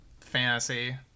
Fantasy